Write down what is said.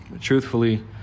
Truthfully